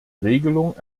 regelung